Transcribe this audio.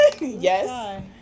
Yes